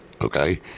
Okay